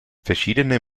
verschiedene